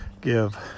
give